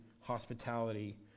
hospitality